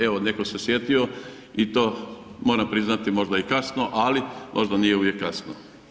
Evo netko se sjetio i to moram priznati možda i kasno, ali možda nije uvijek kasno.